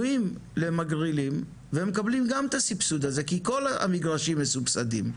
פנויים למגרילים והם מקבלים גם את הסבסוד הזה כי כל המגרשים מסובסדים.